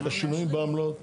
את השינויים בעמלות.